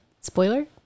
spoiler